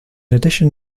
addition